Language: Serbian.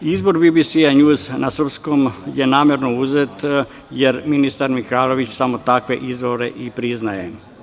Izvor BBS „Njuz“ na srpskom je namerno uzet, jer ministar Mihajlović samo takve izvore i priznaje.